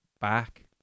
back